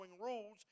rules